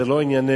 זה לא עניינך,